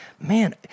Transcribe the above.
man